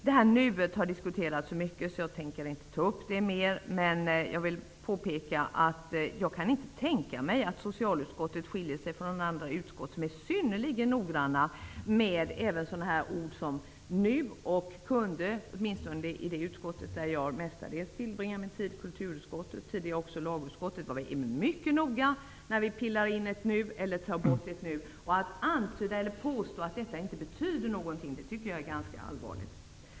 Det här ''nuet'' har diskuterats så mycket, så jag tänker inte ta upp det mer än att jag vill påpeka att jag inte kan tänka mig att socialutskottet skiljer sig från andra utskott, som är synnerligen noggranna med även sådana ord som ''nu'' och ''kunde''. Åtminstone i det utskott där jag mestadels tillbringar min tid, kulturutskottet, tidigare också lagutskottet, är vi mycket noga när vi pillar in ett ''nu'' eller tar bort ett ''nu''. Att påstå att det inte betyder någonting, tycker jag är ganska allvarligt.